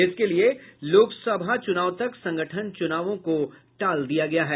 इसके लिए लोकसभा चुनाव तक संगठन चुनावों को टाल दिया गया है